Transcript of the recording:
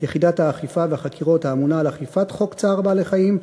יחידת האכיפה והחקירות האמונה על אכיפת חוק צער בעלי-חיים,